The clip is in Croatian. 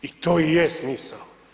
I to i je smisao.